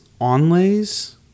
onlays